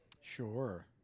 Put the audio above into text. Sure